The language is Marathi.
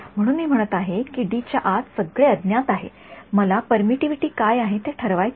म्हणून मी म्हणत आहे की च्याआत सगळे अज्ञात आहे मला परमिटिव्हिटी काय आहे ते ठरवायचे आहे